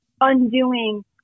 undoing